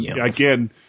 again